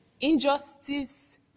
injustice